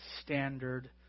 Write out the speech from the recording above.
standard